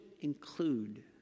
include